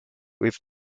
with